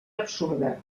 absurda